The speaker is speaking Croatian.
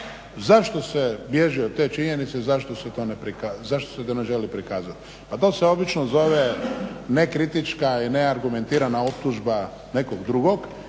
Zašto se bježi od te činjenice, zašto se to ne želi prikazati? Pa to se obično zove ne kritička i ne argumentirana optužba nekog drugog